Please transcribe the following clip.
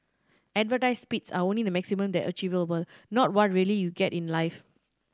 advertised speeds are only the maximum that achievable not what really you get in life